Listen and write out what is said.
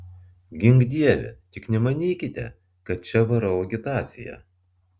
gink dieve tik nemanykite kad čia varau agitaciją